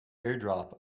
airdrop